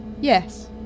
Yes